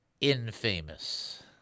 infamous